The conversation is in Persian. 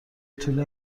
طول